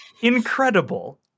incredible